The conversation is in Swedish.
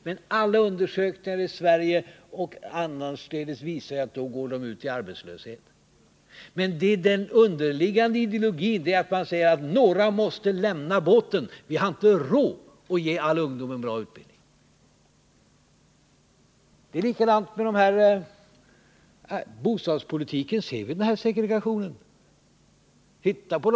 Men alla undersökningar i Sverige och annorstädes visar att de går ut i arbetslöshet. Enligt den underliggande ideologin betyder det att några måste lämna båten, för vi har inte råd att ge alla ungdomar bra utbildning. Det är likadant med bostadspolitiken. Se t.ex. på segregationen på bostadsområdet!